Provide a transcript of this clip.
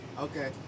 Okay